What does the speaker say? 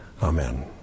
Amen